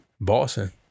Boston